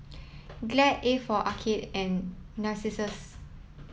Glad A for Arcade and Narcissus